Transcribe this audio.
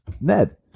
ned